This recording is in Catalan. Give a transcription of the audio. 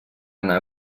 anar